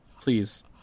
please